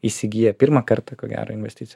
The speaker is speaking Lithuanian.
įsigyja pirmą kartą ko gero investiciją